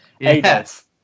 Yes